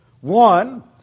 One